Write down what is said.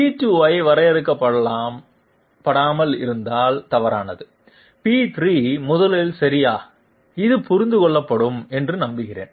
P2 ஐ வரையறுக்கபடாமல் இருந்தால் தவறானது p3 முதலில் சரியா இது புரிந்து கொள்ளப்படும் என்று நம்புகிறேன்